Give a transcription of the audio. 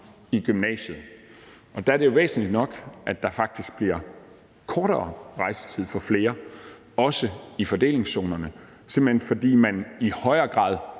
til gymnasiet, er det jo væsentligt nok, at der faktisk bliver kortere rejsetid for flere, også i fordelingszonerne, simpelt hen fordi man i højere grad